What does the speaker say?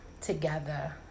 together